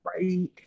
right